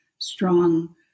strong